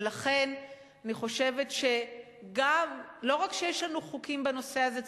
ולכן אני חושבת שלא רק שיש לנו חוקים בנושא הזה,